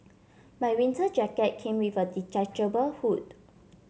my winter jacket came with a detachable hood